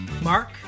Mark